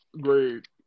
Great